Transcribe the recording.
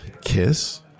kiss